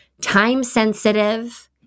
time-sensitive